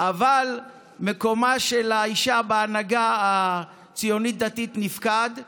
אבל מקומה של האישה בהנהגה הציונית הדתית נפקד,